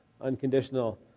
unconditional